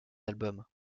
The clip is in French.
albums